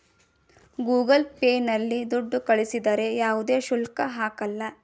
Google Pay ನಲ್ಲಿ ದುಡ್ಡು ಕಳಿಸಿದರೆ ಯಾವುದೇ ಶುಲ್ಕ ಹಾಕಲ್ಲ